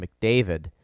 McDavid